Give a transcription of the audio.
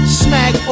smack